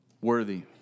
worthy